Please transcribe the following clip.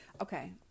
Okay